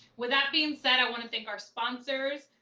with that being said, i wanna thank our sponsors,